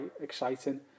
exciting